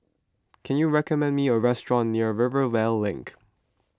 can you recommend me a restaurant near Rivervale Link